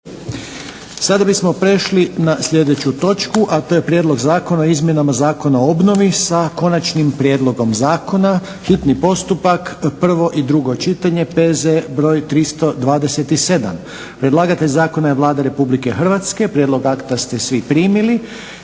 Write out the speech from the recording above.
Sada bismo prešli na sljedeću točku a to je 9. Prijedlog Zakona o izmjenama i dopunama zakona o obnovi, s konačnim prijedlogom zakona, hitni postupak, prvo i drugo čitanje, P.Z. br. 327 Predlagatelj zakona je Vlada RH. Prijedlog akta ste svi primili.